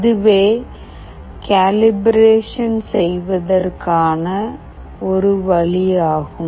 இதுவே கலிப்ரேஷன் செய்வதற்கான ஒரு வழி ஆகும்